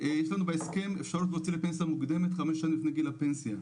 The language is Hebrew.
לנו בהסכם: עובד שיוצא לפנסיה מוקדמת חמש שנים לפני גיל הפנסיה.